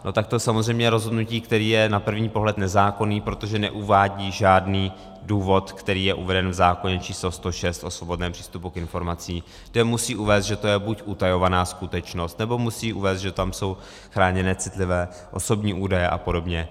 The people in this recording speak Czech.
No tak to je samozřejmě rozhodnutí, které je na první pohled nezákonné, protože neuvádí žádný důvod, který je uveden v zákoně č. 106 o svobodném přístupu k informacím, podle kterého musí uvést, že to je buď utajovaná skutečnost, nebo musí uvést, že tam jsou chráněné citlivé osobní údaje apod.